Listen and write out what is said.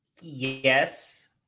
Yes